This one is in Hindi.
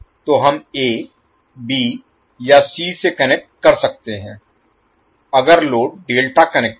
तो हम ए बी या सी से कनेक्ट कर सकते हैं अगर लोड डेल्टा कनेक्टेड है